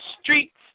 streets